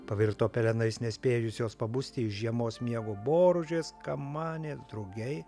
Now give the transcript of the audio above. pavirto pelenais nespėjusios pabusti iš žiemos miego boružės kamanė ir drugiai